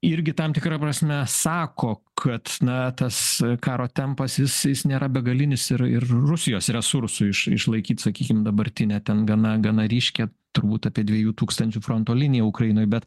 irgi tam tikra prasme sako kad na tas karo tempas jis jis nėra begalinis ir ir rusijos resursų iš išlaikyt sakykim dabartinę ten gana gana ryškią turbūt apie dviejų tūkstančių fronto liniją ukrainoj bet